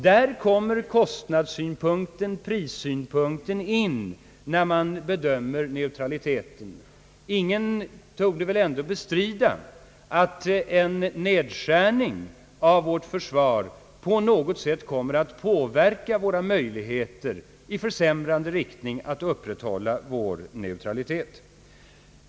Där kommer kostnadssynpunkten, prissynpunkten, in när man bedömer neutraliteten. Ingen torde väl ändå bestrida att en nedskärning av vårt försvar kommer att försämra möjligheterna att upprätthålla vår neutralitet.